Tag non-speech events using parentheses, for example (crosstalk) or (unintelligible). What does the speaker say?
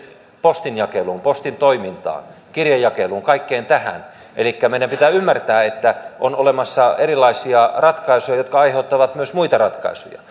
postinjakeluun postin toimintaan kirjejakeluun kaikkeen tähän elikkä meidän pitää ymmärtää että on olemassa erilaisia ratkaisuja jotka aiheuttavat myös muita ratkaisuja (unintelligible)